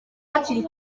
hakiri